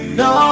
no